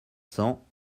cents